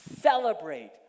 Celebrate